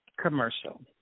commercial